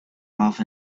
off